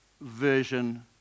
version